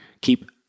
keep